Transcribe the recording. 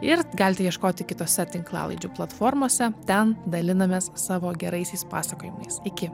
ir galite ieškoti kitose tinklalaidžių platformose ten dalinamės savo geraisiais pasakojimais iki